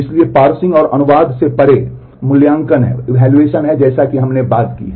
इसलिए पार्सिंग है जैसा कि हमने बात की है